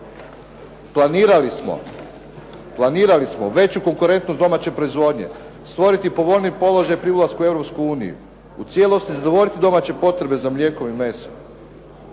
Planirali smo veću konkurentnost domaće proizvodnje, stvoriti povoljniji položaj pri ulasku u Europsku uniju, u cijelosti zadovoljiti domaće potrebe za mlijekom i mesom.